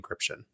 encryption